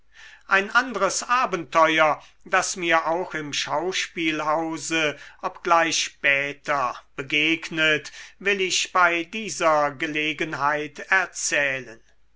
ein andres abenteuer das mir auch im schauspielhause obgleich später begegnet will ich bei dieser gelegenheit erzählen